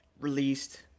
released